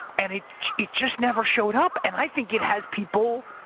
and it it just never showed up, and i think it has people.